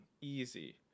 Easy